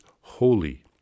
holy